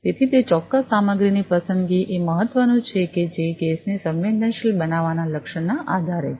તેથી તે ચોક્કસ સામગ્રીની પસંદગી એ મહત્વનું છે કે જે ગેસને સંવેદનશીલ બનાવવાના લક્ષ્ય ના આધારે છે